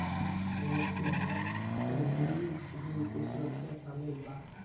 निवेश के अंदर ट्रेजरी बिल के सुरक्षा शामिल बा